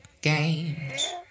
Games